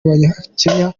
abanyakenya